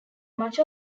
much